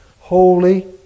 holy